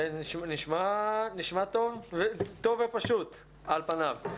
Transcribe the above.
נשמע טוב ופשוט, על פניו.